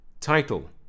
Title